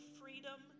freedom